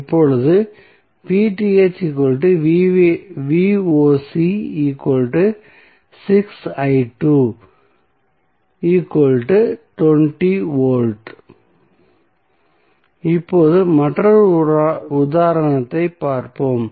இப்போது V இப்போது மற்றொரு உதாரணத்தைப் பார்ப்போம்